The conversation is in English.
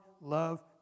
love